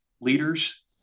leaders